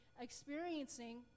experiencing